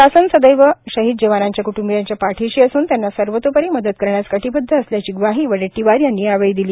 शासन सदैव शहीद जवानांच्या क्ट्ंबीयांच्या पाठीशी असून त्यांना सर्वतोपरी मदत करण्यास कटिबद्ध असल्याची ग्वाही वडेट्टीवार यांनी यावेळी दिली